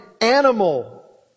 animal